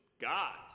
God's